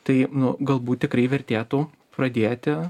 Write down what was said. tai galbūt tikrai vertėtų pradėti